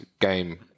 game